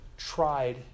tried